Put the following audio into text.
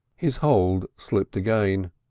his hold slipped again.